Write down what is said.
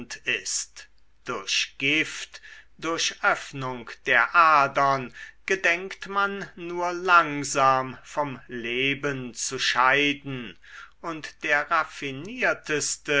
ist durch gift durch öffnung der adern gedenkt man nur langsam vom leben zu scheiden und der raffinierteste